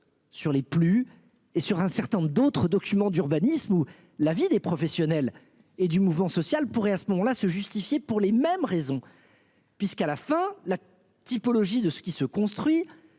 sur les plus et sur un certain nombre d'autres documents d'urbanisme ou l'avis des professionnels et du mouvement social pourrait à ce moment-là se justifier pour les mêmes raisons. Puisqu'à la fin la typologie de ce qui se construit,